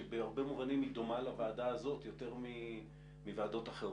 שבהרבה מובנים דומה לוועדה הזו יותר מוועדות אחרות,